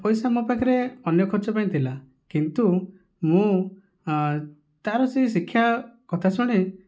ପଇସା ମୋ' ପାଖରେ ଅନ୍ୟ ଖର୍ଚ୍ଚ ପାଇଁ ଥିଲା କିନ୍ତୁ ମୁଁ ତା'ର ସେଇ ଶିକ୍ଷା କଥା ଶୁଣି